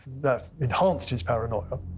that enhanced his paranoia.